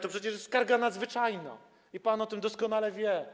to przecież jest skarga nadzwyczajna, i pan o tym doskonale wie.